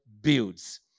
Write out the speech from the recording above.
builds